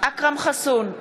אכרם חסון,